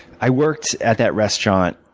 i worked at that restaurant